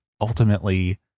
ultimately